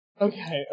Okay